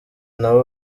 n’abo